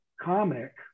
comic